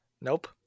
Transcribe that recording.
Nope